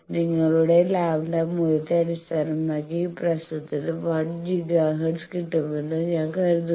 നിങ്ങളുടെ ലാംഡ മൂല്യത്തെ അടിസ്ഥാനമാക്കി ഈ പ്രശ്നത്തിന് 1 ജിഗാ ഹെർട്സ് കിട്ടുമെന്ന് ഞാൻ കരുതുന്നു